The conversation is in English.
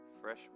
Fresh